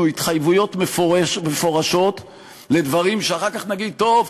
התחייבויות מפורשות לדברים שאחר כך נגיד: טוב,